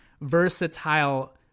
versatile